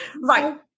right